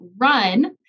run